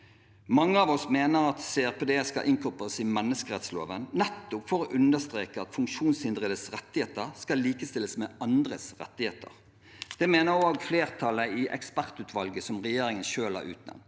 Mange av oss mener at CRPD skal inkorporeres i menneskerettsloven, nettopp for å understreke at funksjonshindredes rettigheter skal likestilles med andres rettigheter. Det mener også flertallet i ekspertutvalget som regjeringen selv har utnevnt.